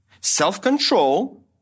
Self-control